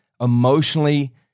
Emotionally